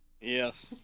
Yes